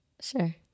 sure